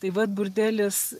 tai vat burdelis